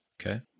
Okay